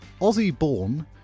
Aussie-born